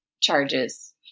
charges